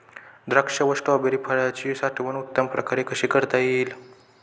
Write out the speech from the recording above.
द्राक्ष व स्ट्रॉबेरी फळाची साठवण उत्तम प्रकारे कशी करता येईल?